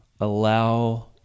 allow